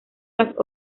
las